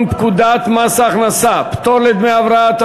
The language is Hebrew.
פקודת מס ההכנסה (פטור לדמי הבראה),